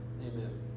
Amen